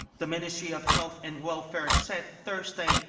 the ministry of health and welfare said thursday,